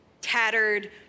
tattered